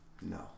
No